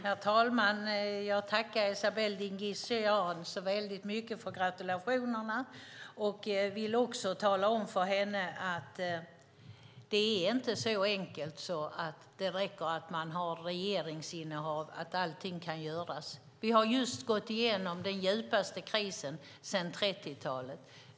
Herr talman! Jag tackar Esabelle Dingizian så mycket för gratulationerna. Låt mig säga att det inte är så enkelt som att det räcker med regeringsinnehav för att allt ska kunna göras. Vi har precis gått igenom den djupaste krisen sedan 30-talet.